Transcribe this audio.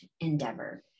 endeavor